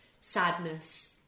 sadness